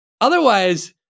Otherwise